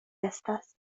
estas